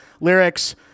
lyrics